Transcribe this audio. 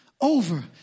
over